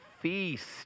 feast